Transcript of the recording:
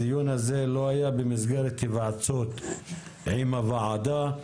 הדיון הזה לא היה במסגרת היוועצות עם הוועדה.